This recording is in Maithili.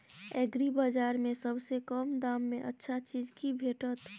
एग्रीबाजार में सबसे कम दाम में अच्छा चीज की भेटत?